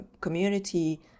community